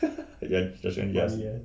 and then just join G_R_C